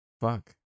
Fuck